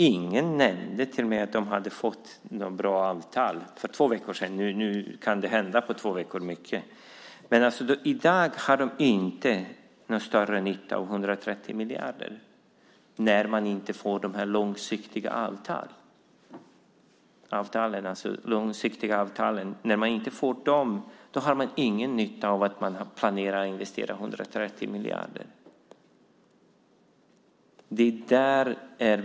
Ingen nämnde för mig att de hade fått bra avtal. Nu kan det hända mycket på två veckor, men i dag har de inte någon större nytta av 130 miljarder när de inte har långsiktiga avtal. När de inte har dessa har de ingen nytta av att planera investeringar för 130 miljarder.